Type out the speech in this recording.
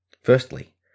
Firstly